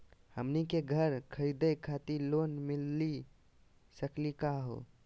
हमनी के घर खरीदै खातिर लोन मिली सकली का हो?